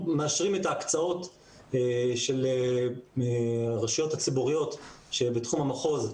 מאשרים את ההקצאות של הרשויות הציבוריות שהן בתחום המחוז,